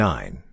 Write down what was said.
Nine